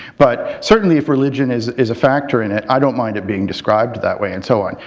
but certainly if religion is is a factor in it, i don't mind it being described that way and so on.